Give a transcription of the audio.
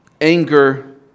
anger